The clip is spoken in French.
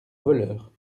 voleur